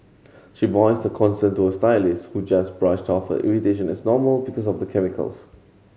she voiced her concern to her stylist who just brushed off her irritation as normal because of the chemicals